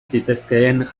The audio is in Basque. zitezkeen